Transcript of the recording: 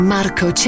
Marco